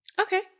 Okay